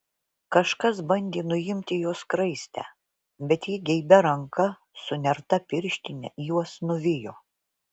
kažkas bandė nuimti jos skraistę bet ji geibia ranka su nerta pirštine juos nuvijo